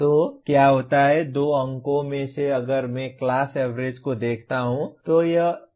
तो क्या होता है 2 अंकों में से अगर मैं क्लास एवरेज को देखता हूं तो यह 15 है